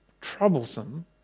troublesome